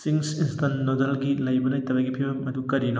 Ching's instant ꯅꯨꯗꯜꯒꯤ ꯂꯩꯕ ꯂꯩꯇꯕꯒꯤ ꯐꯤꯕꯝ ꯑꯗꯨ ꯀꯔꯤꯅꯣ